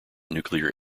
nuclear